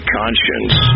conscience